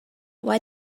why